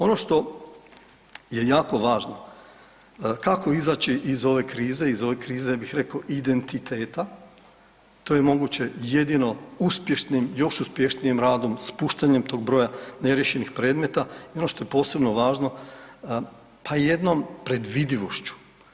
Ono što je jako važno, kako izaći iz ove krize, iz krize ja bih rekao identiteta, to je moguće jedino uspješnim, još uspješnijim radom, spuštanjem tog broja neriješenih predmeta i ono što je posebno važno pa i jednom predvidivošću.